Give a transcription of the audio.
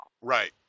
right